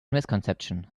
misconception